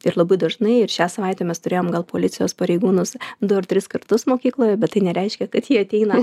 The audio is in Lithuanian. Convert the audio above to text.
ir labai dažnai ir šią savaitę mes turėjom gal policijos pareigūnus du ar tris kartus mokykloje bet tai nereiškia kad jie ateina